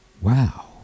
Wow